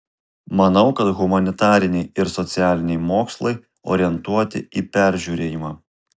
manau kad humanitariniai ir socialiniai mokslai orientuoti į peržiūrėjimą